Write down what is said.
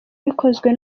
bikozwe